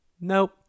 nope